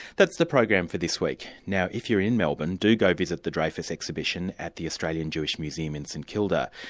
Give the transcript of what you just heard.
that's the program for this week. now if you're in melbourne, do go visit the dreyfus exhibition at the australian jewish museum in st kilda.